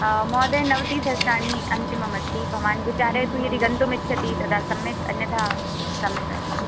महोदय नवतिसहस्राणि अन्तिममस्ति भवान् विचारयतु यदि गन्तुमिच्छति तदा सम्यक् अन्यथा सम्यगस्ति